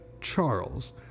Charles